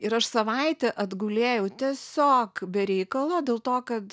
ir aš savaitę atgulėjau tiesiog be reikalo dėl to kad